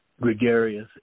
gregarious